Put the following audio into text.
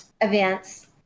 events